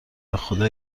بخدا